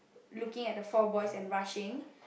looking at the four boys and rushing